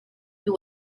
you